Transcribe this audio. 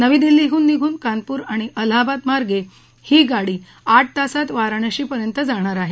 नवी दिल्लीहून निघून कानपूर आणि अलाहबाद मार्गे ही गाडी आठ तासांत वाराणशीपर्यंत जाणार आहे